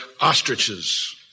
ostriches